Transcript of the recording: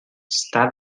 està